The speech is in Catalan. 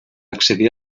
accedir